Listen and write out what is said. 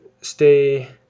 stay